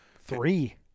Three